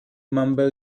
mumble